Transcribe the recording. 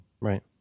Right